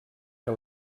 que